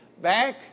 back